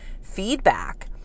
feedback